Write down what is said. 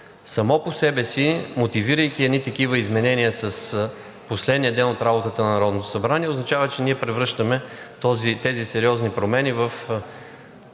Само по себе си, мотивирайки едни такива изменения с последния ден от работата на Народното събрание, означава, че ние превръщаме тези сериозни промени в